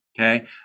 Okay